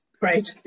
Right